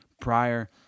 prior